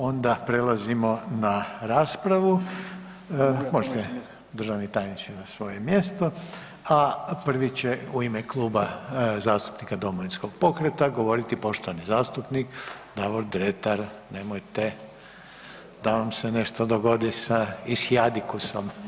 Onda prelazimo na raspravu, možete državni tajniče na svoje mjesto, a prvi će u ime Kluba zastupnika Domovinskog pokreta govoriti poštovani zastupnik Davor Dretar, nemojte da vam se nešto dogodi sa i s jadi kusom.